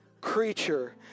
creature